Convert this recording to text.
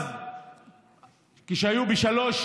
כשהיו ב-3,